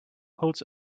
holds